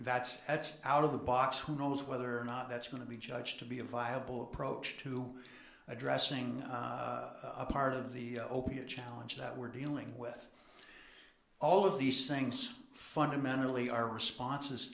that's that's out of the box who knows whether or not that's going to be judged to be a viable approach to addressing a part of the opiate challenge that we're dealing with all of these things fundamentally are responses